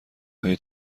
های